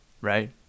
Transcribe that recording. Right